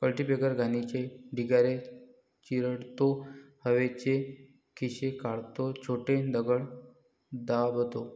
cultipacker घाणीचे ढिगारे चिरडतो, हवेचे खिसे काढतो, छोटे दगड दाबतो